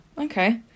Okay